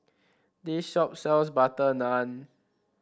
this shop sells butter naan